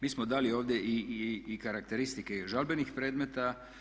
Mi smo dali ovdje i karakteristike žalbenih predmeta.